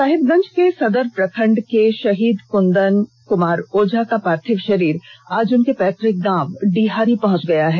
साहिबगंज के सदर प्रखंड के शहीद कुंदन क्मार ओझा का पार्थिव शरीर आज उनके पैतुक गांव डीहारी पहुंच गया है